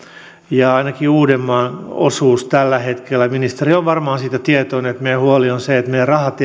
ja ainakin uudenmaan osuudesta tällä hetkellä ministeri on varmaan siitä tietoinen meidän huolemme on se että rahat